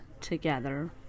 together